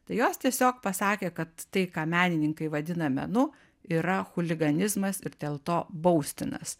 tai jos tiesiog pasakė kad tai ką menininkai vadina menu yra chuliganizmas ir dėl to baustinas